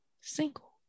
single